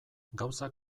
gauzak